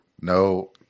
no